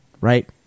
right